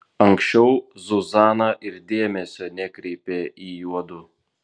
anksčiau zuzana ir dėmesio nekreipė į juodu